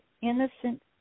innocent